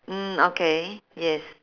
mm okay yes